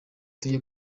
twajya